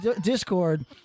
discord